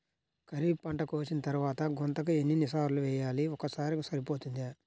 ఖరీఫ్ పంట కోసిన తరువాత గుంతక ఎన్ని సార్లు వేయాలి? ఒక్కసారి సరిపోతుందా?